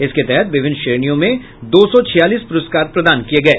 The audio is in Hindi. इसके तहत विभिन्न श्रेणियों में दो सौ छियालीस प्रस्कार प्रदान किये गये